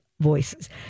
Voices